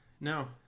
No